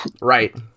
right